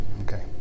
Okay